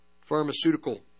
pharmaceutical